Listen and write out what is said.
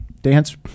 dance